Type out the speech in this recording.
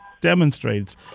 demonstrates